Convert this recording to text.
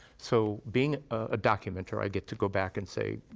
so, being a documenter, i get to go back and say,